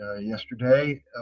yesterday